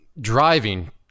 Driving